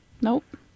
Nope